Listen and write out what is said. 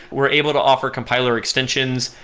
we're able to offer compiler extensions.